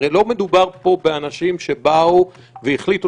הרי לא מדובר פה באנשים שבאו והחליטו